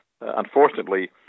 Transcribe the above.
unfortunately